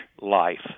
life